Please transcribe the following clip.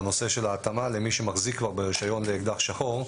בנושא של ההתאמה למי שמחזיק כבר ברישיון לאקדח שחור.